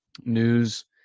news